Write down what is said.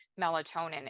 melatonin